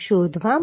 શોધવા માટે